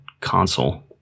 console